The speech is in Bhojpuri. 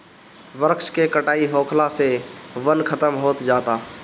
वृक्ष के कटाई होखला से वन खतम होत जाता